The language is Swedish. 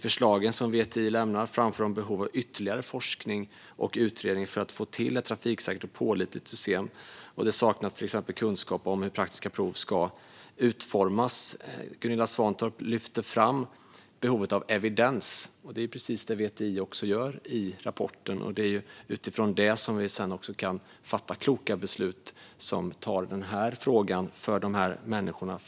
I förslagen som VTI lämnar framför de behovet av ytterligare forskning och utredning för att få till ett trafiksäkert och pålitligt system. Det saknas till exempel kunskap om hur praktiska prov ska utformas. Gunilla Svantorp lyfter fram behovet av evidens. Det är precis det VTI också gör i rapporten, och det är utifrån det som vi sedan kan fatta kloka beslut som tar denna fråga framåt för dessa människor.